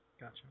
Gotcha